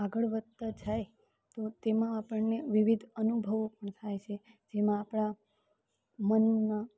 આગળ વધતા જાય તો તેમાં આપણને વિવિધ અનુભવો થાય છે જેમાં આપણા મનના